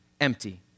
empty